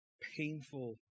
painful